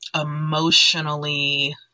emotionally